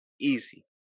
Easy